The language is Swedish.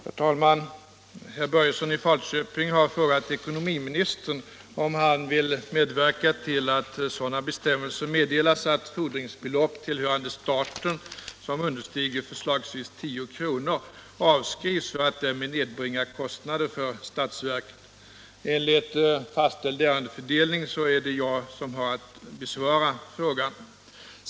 Herr talman! Herr Börjesson i Falköping har frågat ekonomiministern om han vill medverka till att sådana bestämmelser meddelas att fordringsbelopp tillhörande staten, vilka understiger förslagsvis 10 kr., avskrives för att därmed nedbringa kostnader för statsverket. Enligt fastställd ärendefördelning är det jag som har att besvara frågan.